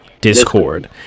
Discord